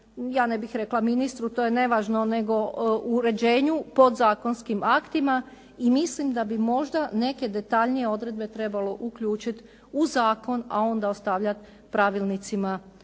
ja ne bih rekla ministru to je nevažno, nego uređenju podzakonskim aktima i mislim da bi možda neke detaljnije odredbe trebalo uključit u zakon, a onda ostavljat pravilnicima